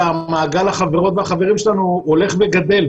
שמעגל החברות והחברים שלנו הולך וגדל,